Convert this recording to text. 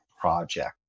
project